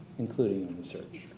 including in the search.